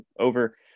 over